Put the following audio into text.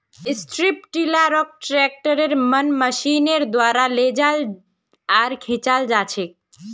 strip टीलारक ट्रैक्टरेर मन मशीनेर द्वारा लेजाल आर खींचाल जाछेक